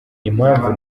impamvu